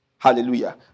Hallelujah